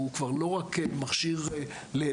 הוא כבר לא רק מכשיר לתקשורת,